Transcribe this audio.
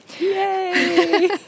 Yay